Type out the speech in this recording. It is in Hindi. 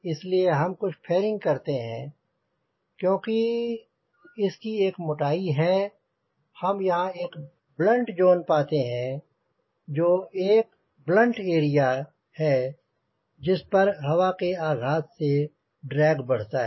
इसलिए हम कुछ फेरिंग करते हैं और क्योंकि इसकी एक मोटाई है हम यहांँ एक ब्लंट जॉन पाते हैं जो एक ब्लंट एरिया है जिस पर हवा के आघात से ड्रैग बढ़ता है